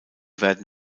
werden